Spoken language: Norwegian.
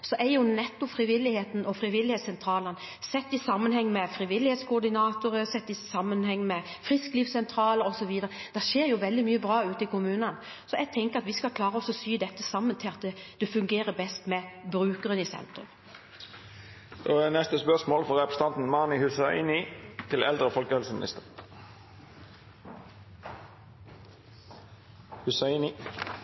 nettopp frivilligheten og frivillighetssentralene sett i sammenheng med frivillighetskoordinatorer, sett i sammenheng med frisklivssentraler osv. viktig – det skjer jo veldig mye bra ute i kommunene. Så jeg tenker at vi skal klare å sy dette sammen slik at det fungerer best mulig, med brukeren i sentrum. Jeg tillater meg å stille følgende spørsmål til eldre- og folkehelseministeren: